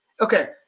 Okay